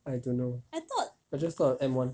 I don't know I just thought of M one